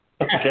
okay